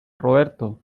roberto